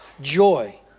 joy